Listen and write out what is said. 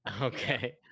Okay